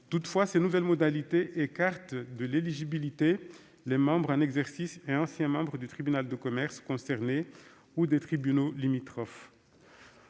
Toutefois, ces nouvelles modalités écartent de l'éligibilité les membres en exercice et les anciens membres du tribunal de commerce concerné ou des tribunaux limitrophes.